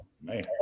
Man